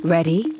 Ready